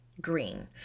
green